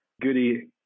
goody